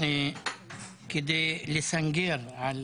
כדי לסנגר על